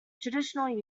traditional